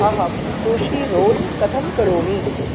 अहं sushi roll कथं करोमि